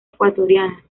ecuatoriana